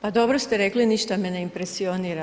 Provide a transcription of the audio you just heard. Pa dobro ste rekli, ništa me ne impresionira.